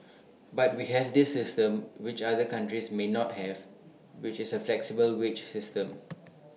but we have this system which other countries may not have which is A flexible wage system